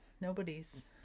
nobody's